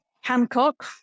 Hancock